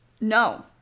No